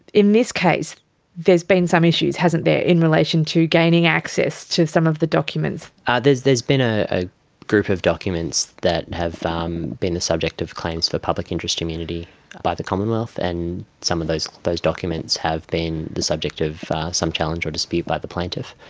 in this case there has been some issues, hasn't there, in relation to gaining access to some of the documents. ah there has been a ah group of documents that have um been the subject of claims for public interest immunity by the commonwealth, and some of those those documents have been the subject of some challenge or dispute by the plaintiff.